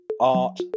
Art